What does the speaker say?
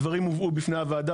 הדברים הובאו בפני הוועדה,